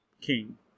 king